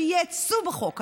שייעצו בחוק הזה.